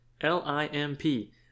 L-I-M-P